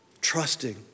trusting